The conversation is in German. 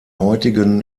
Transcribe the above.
heutigen